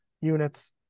units